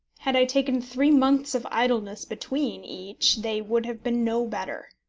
had i taken three months of idleness between each they would have been no better.